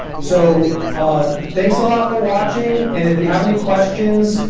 so thanks a lot for watching. and if you have any questions,